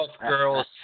Girls